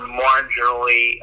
marginally